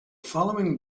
following